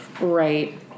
Right